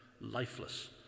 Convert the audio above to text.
lifeless